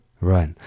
Right